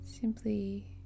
simply